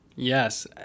Yes